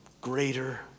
greater